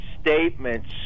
statements